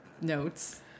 notes